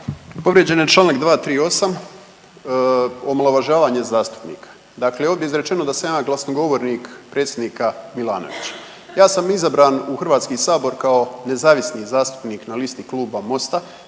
Povrijeđen je čl. 238., omalovažavanje zastupnika, dakle ovdje je izrečeno da sam ja glasnogovornik predsjednika Milanovića. Ja sam izabran u HS kao nezavisni zastupnik na listi Kluba Mosta,